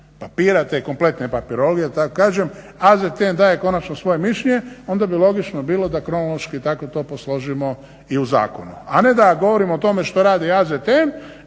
papira te kompletne papirologije da tako kažem AZTN daje konačno svoje mišljenje, onda bi logično bilo da kronološki tako to posložimo i u zakonu. A ne da govorimo o tome što radi AZTN